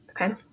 Okay